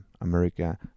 america